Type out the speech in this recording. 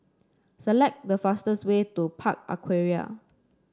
select the fastest way to Park Aquaria